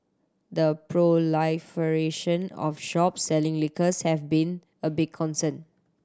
the proliferation of shops selling liquors have been a big concern